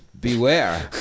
beware